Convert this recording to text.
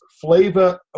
flavor